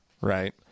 right